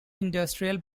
industrial